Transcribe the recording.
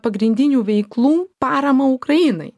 pagrindinių veiklų paramą ukrainai